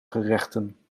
gerechten